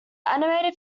animated